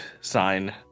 sign